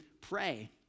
pray